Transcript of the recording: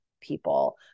people